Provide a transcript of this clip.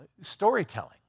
storytelling